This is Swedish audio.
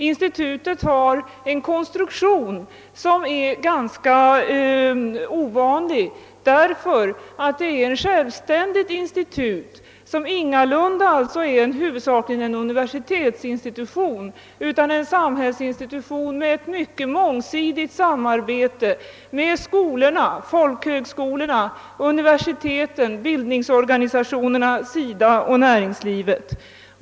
Institutet har en konstruktion som är ganska ovanlig, därför att det är ett självständigt institut som ingalunda huvudsakligen är någon universitetsinstitution utan en samhällsinstitution med ett mycket mångsidigt samarbete med skolorna, folkhögskolorna, universiteten, bildningsorganisationerna, SIDA och näringslivet.